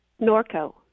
Norco